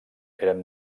eren